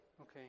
Okay